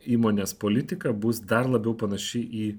įmonės politika bus dar labiau panaši į